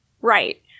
Right